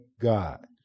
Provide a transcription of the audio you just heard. God